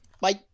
Bye